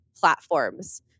platforms